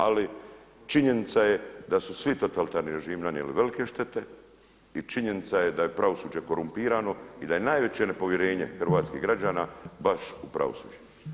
Ali činjenica je da su svi totalitarni režimi nanijeli velike štete i činjenica je da je pravosuđe korumpirano i da je najveće nepovjerenje hrvatskih građana baš u pravosuđu.